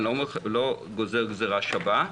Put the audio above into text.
אני לא גוזר גזירה שווה,